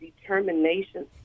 determination